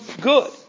good